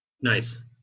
Nice